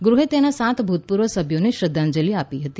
ગૃહે તેના સાત ભૂતપૂર્વ સભ્યોને શ્રદ્ધાંજલિ આપી હતી